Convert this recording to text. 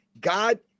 god